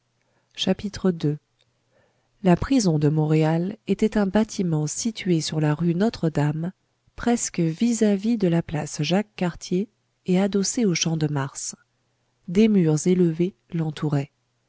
ii la prison de montréal était un bâtiment situé sur la rue notre-dame presque vis-à-vis de la place jacques cartier et adossé au champ-de-mars des murs élevés